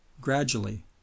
gradually